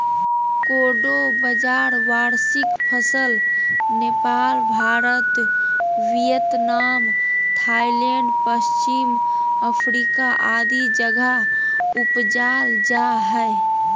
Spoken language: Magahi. कोडो बाजरा वार्षिक फसल नेपाल, भारत, वियतनाम, थाईलैंड, पश्चिम अफ्रीका आदि जगह उपजाल जा हइ